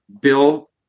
Bill